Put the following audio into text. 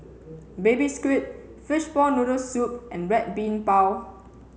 baby squid fishball noodle soup and red bean bao